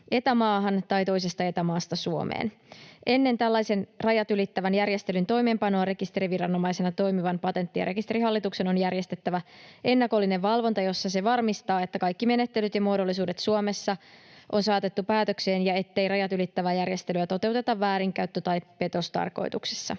Eta-maahan tai toisesta Eta-maasta Suomeen. Ennen tällaisen rajat ylittävän järjestelyn toimeenpanoa rekisteriviranomaisena toimivan Patentti- ja rekisterihallituksen on järjestettävä ennakollinen valvonta, jossa se varmistaa, että kaikki menettelyt ja muodollisuudet Suomessa on saatettu päätökseen ja ettei rajat ylittävää järjestelyä toteuteta väärinkäyttö- tai petostarkoituksessa.